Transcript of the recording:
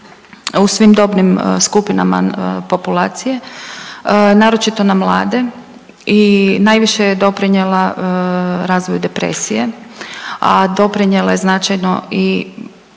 u svim dobnim skupinama populacije naročito na mlade i najviše je doprinijela razvoju depresije, a doprinijela je značajno i